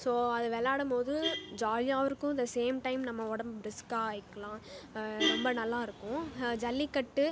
so அது விளையாடம் போது ஜாலியாகவும் இருக்கும் த சேம் டைம் நம்ப உடம்பு பிரிஸ்காக இருக்கலாம் ரொம்ப நல்லாயிருக்கும் ஜல்லிக்கட்டு